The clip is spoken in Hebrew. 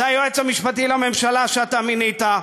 זה היועץ המשפטי לממשלה שאתה מינית,